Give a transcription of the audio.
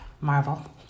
Marvel